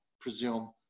presume